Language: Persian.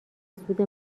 سود